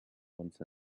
once